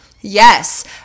Yes